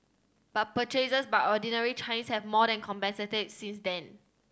but purchases by ordinary Chinese have more than compensated since then